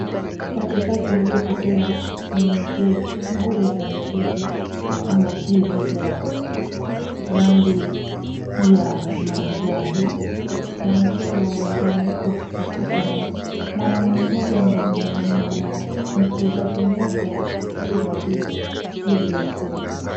Wachezaji waliobobea wenye nguo za mchezo ama jezi za rangi ya manjano. Wanacheza uwanjani huku wakisakatwa na mwanaume mmoja mchezaji mmoja aliyevalia jezi nyekundu.